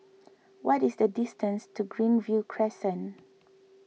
what is the distance to Greenview Crescent